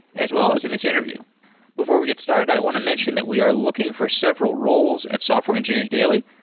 as well as in this interview before we get started, i want to mention that we are looking for several roles at software engineering daily.